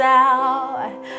out